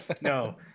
No